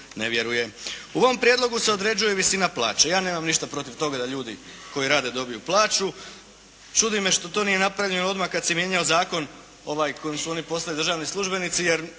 U ovom prijedlogu se određuje visina plaće. Ja nemam ništa protiv toga da ljudi koji rade dobiju plaću, čudi me što to nije napravljeno odmah kada se mijenjao Zakon, ovaj, kojim su oni postali državni službenici, jer